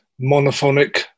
monophonic